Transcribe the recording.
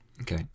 Okay